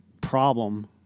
problem